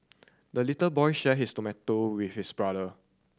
the little boy shared his tomato with his brother